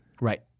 Right